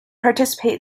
participate